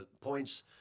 points